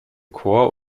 chor